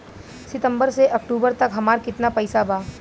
सितंबर से अक्टूबर तक हमार कितना पैसा बा?